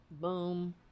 Boom